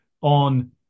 on